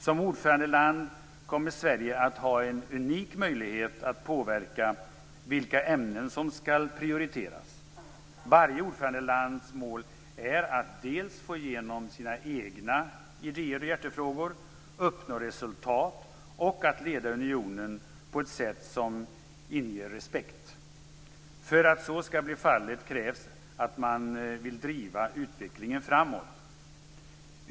Som ordförandeland kommer Sverige att ha en unik möjlighet att påverka vilka ämnen som skall prioriteras. Varje ordförandelands mål är att dels få igenom sina egna idéer och hjärtefrågor, dels uppnå resultat och dels leda unionen på ett sätt som inger respekt. För att så skall bli fallet krävs att man vill driva utvecklingen framåt.